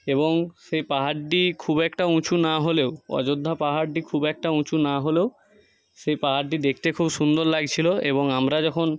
এবং সেই পাহাড়টি খুব একটা উঁচু না হলেও অযোধ্যা পাহাড়টি খুব একটা উঁচু না হলেও সেই পাহাড়ডি দেখতে খুব সুন্দর লাগছিলো এবং আমরা যখন